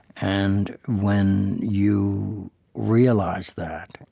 and when you realize that,